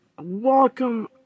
welcome